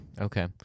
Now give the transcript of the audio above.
Okay